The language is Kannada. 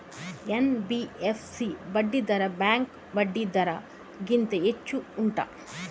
ಎನ್.ಬಿ.ಎಫ್.ಸಿ ಬಡ್ಡಿ ದರ ಬ್ಯಾಂಕ್ ಬಡ್ಡಿ ದರ ಗಿಂತ ಹೆಚ್ಚು ಉಂಟಾ